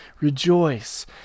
rejoice